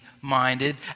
minded